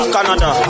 Canada